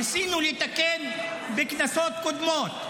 ניסינו לתקן בכנסות קודמות.